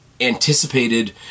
anticipated